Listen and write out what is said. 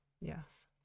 Yes